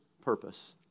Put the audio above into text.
purpose